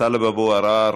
טלב אבו עראר,